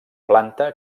planta